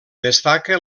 destaca